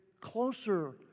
closer